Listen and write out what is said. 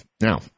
Now